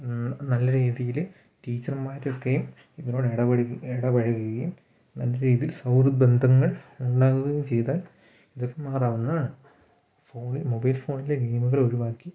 നല്ല രീതിയിൽ ടീച്ചർമാരൊക്കെ ഇവരോട് ഇട ഇടപഴകുകയും നല്ല രീതിയിൽ സൗഹൃദ ബന്ധങ്ങൾ ഉണ്ടാകുകയും ചെയ്താൽ ഇതു മാറാവുന്നതാണ് മൊബൈൽ ഫോണിലെ ഗെയിമുകൾ ഒഴിവാക്കി